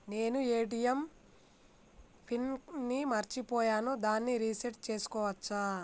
నేను ATM PIN ని మరచిపోయాను దాన్ని రీ సెట్ చేసుకోవచ్చా?